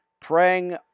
praying